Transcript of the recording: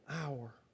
hour